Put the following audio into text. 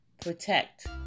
protect